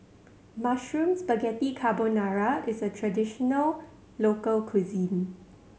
Mushroom Spaghetti Carbonara is a traditional local cuisine